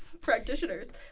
Practitioners